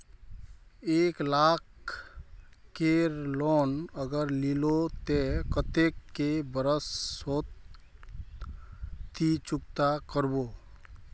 एक लाख केर लोन अगर लिलो ते कतेक कै बरश सोत ती चुकता करबो?